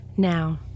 Now